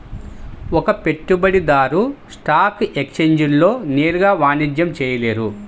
ఒక పెట్టుబడిదారు స్టాక్ ఎక్స్ఛేంజ్లలో నేరుగా వాణిజ్యం చేయలేరు